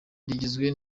rigizwe